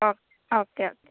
okay okay